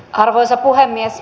arvoisa puhemies